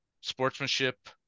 sportsmanship